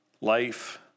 life